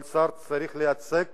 כל שר צריך לייצג